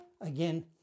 Again